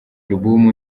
album